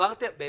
הם